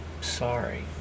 Sorry